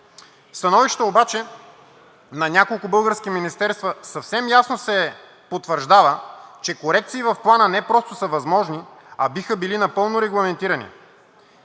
становищата обаче на няколко български министерства съвсем ясно се потвърждава, че корекции в Плана не просто са възможни, а биха били напълно регламентирани.